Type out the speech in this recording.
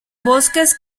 bosques